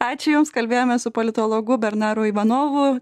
ačiū jums kalbėjome su politologu bernaru ivanovu